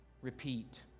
Repeat